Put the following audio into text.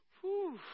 whew